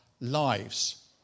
Lives